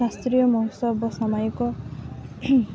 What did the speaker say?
ଶାସ୍ତ୍ରୀୟ ମହୋତ୍ସବ ସାମୟକ